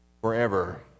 forever